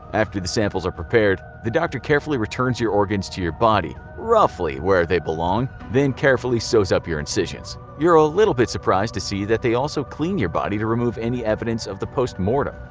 after the samples are prepared, the doctor carefully returns your organs to your body, roughly where they belong, then carefully sews up your incisions. you're a little bit surprised to see that they also clean your body to remove any evidence of the post-mortem,